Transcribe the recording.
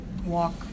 walk